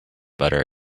butter